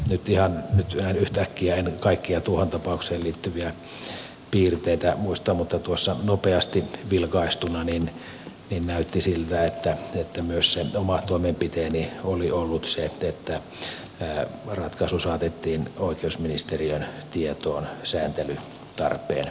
nyt näin yhtäkkiä en kaikkia tuohon tapaukseen liittyviä piirteitä muista mutta tuossa nopeasti vilkaistuna näytti siltä että myös oma toimenpiteeni oli ollut se että ratkaisu saatettiin oikeusministeriön tietoon sääntelytarpeen selvittämiseksi